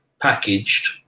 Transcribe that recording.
packaged